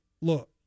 Look